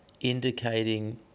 indicating